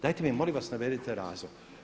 Dajte mi molim vas navedite razlog?